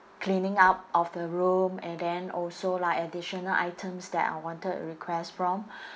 cleaning up of the room and then also like additional items that I wanted to request from